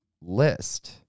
List